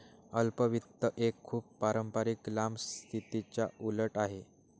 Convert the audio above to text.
अल्प वित्त एक खूप पारंपारिक लांब स्थितीच्या उलट आहे